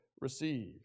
receive